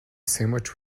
sandwich